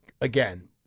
again